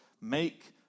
make